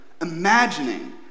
imagining